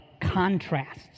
contrasts